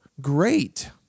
great